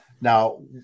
Now